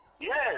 Yes